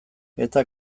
eta